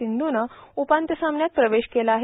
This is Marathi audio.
सिंध्रनं उपांत्य सामन्यात प्रवेश केला आहे